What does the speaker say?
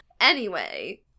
Anyway-